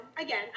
again